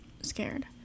scared